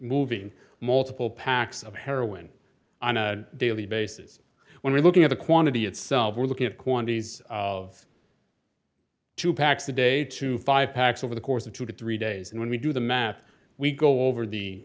moving multiple packs of heroin on a daily basis when we're looking at the quantity itself we're looking at quantities of two packs a day to five packs over the course of two dollars to three dollars days and when we do the math we go over the